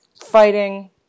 fighting